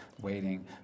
waiting